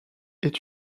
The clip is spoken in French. est